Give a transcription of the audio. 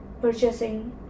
purchasing